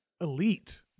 elite